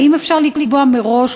האם אפשר לקבוע מראש,